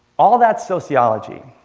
all of that's sociology.